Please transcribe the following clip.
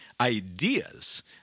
ideas